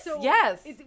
yes